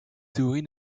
théories